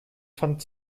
fand